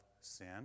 sin